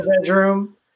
bedroom